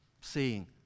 seeing